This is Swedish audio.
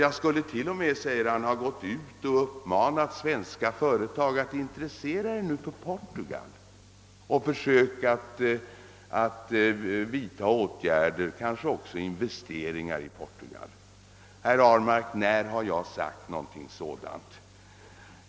Jag skulle till och med ha uppmanat svenska företag att intressera sig för Portugal, att försöka vidta åtgärder, kanske också göra investeringar i Portugal. Herr Ahlmark, när har jag sagt någonting sådant?